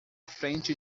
frente